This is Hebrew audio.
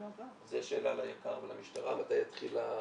זה שאלה ליק"ר ולמשטרה מתי התחולה.